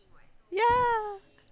ya